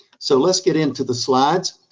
so let's get into the slides.